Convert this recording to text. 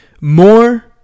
more